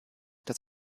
das